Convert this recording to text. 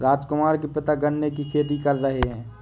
राजकुमार के पिता गन्ने की खेती कर रहे हैं